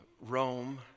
Rome